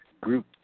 group